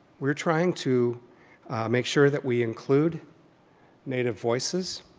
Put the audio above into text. we're trying to make sure that we include native voices.